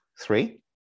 Three